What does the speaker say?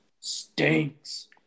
stinks